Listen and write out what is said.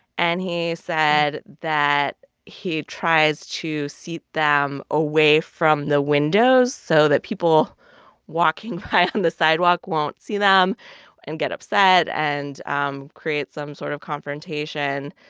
and he said that he tries to seat them away from the windows so that people walking by on the sidewalk won't see them and get upset and um create some some sort of confrontation.